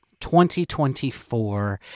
2024